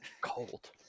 Cold